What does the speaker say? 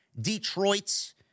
Detroit